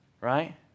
right